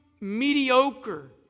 mediocre